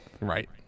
Right